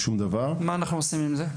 מה אנחנו עושים עם זה?